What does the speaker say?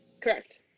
Correct